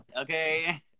Okay